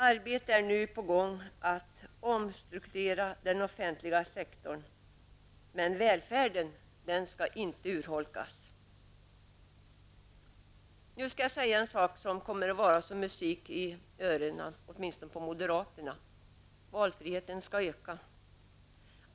Arbetet att omstrukturera den offentliga sektorn är nu på gång -- men välfärden skall inte urholkas. Nu skall jag säga en sak som kommer att ljuda som musik, åtminstone i öronen på moderaterna: Valfriheten skall öka.